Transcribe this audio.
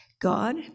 God